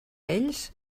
ells